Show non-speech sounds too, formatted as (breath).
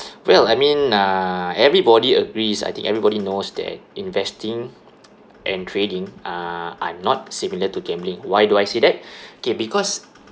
well I mean uh everybody agrees I think everybody knows that investing and trading uh are not similar to gambling why do I say that (breath) kay because